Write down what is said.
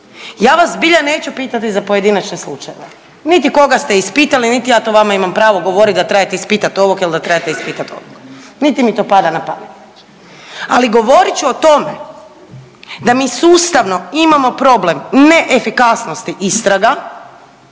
Ja vas zbilja neću pitati za pojedinačne slučajeve, niti koga ste ispitali, niti ja to vama imam pravo govorit da trebate ispitati ovog ili da trebate ispitat onog, niti mi to pada napamet. Ali govorit ću o tome da mi sustavno imamo problem neefikasnosti istraga